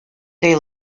they